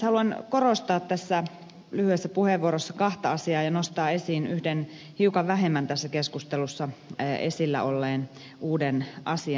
haluan korostaa tässä lyhyessä puheenvuorossa kahta asiaa ja nostaa esiin yhden hiukan vähemmän tässä keskustelussa esillä olleen uuden asian